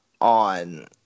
on –